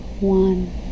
One